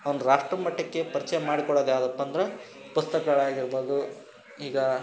ಅವ್ನ ರಾಷ್ಟ್ರಮಟ್ಟಕ್ಕೆ ಪರಿಚಯ ಮಾಡಿಕೊಡೋದು ಯಾವುದಪಂದ್ರೆ ಪುಸ್ತಕಗಳಾಗಿರ್ಬೋದು ಈಗ